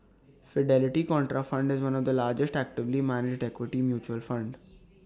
Fidelity Contrafund is one of the largest actively managed equity mutual fund